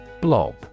Blob